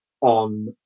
on